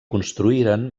construïren